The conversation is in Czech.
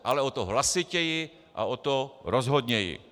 Ale o to hlasitěji a o to rozhodněji.